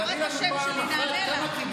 קראת את השם שלי, נענה לך.